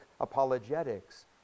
apologetics